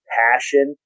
passion